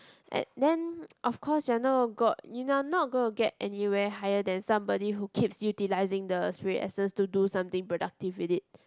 and then of course you're not gonna got you're not gonna get anywhere higher than somebody who keeps utilising the spirit essence to do something productive with it